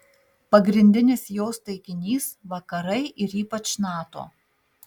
pagrindinis jos taikinys vakarai ir ypač nato